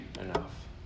enough